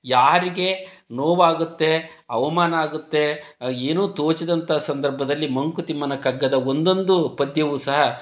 ಯಾರಿಗೆ ನೋವಾಗುತ್ತೆ ಅವಮಾನ ಆಗುತ್ತೆ ಏನೂ ತೋಚದಂಥ ಸಂದರ್ಭದಲ್ಲಿ ಮಂಕುತಿಮ್ಮನ ಕಗ್ಗದ ಒಂದೊಂದು ಪದ್ಯವೂ ಸಹ